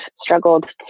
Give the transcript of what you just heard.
struggled